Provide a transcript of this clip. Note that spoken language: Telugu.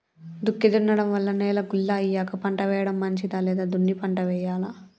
దుక్కి దున్నడం వల్ల నేల గుల్ల అయ్యాక పంట వేయడం మంచిదా లేదా దున్ని పంట వెయ్యాలా?